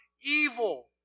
evil